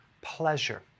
pleasure